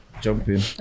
Jumping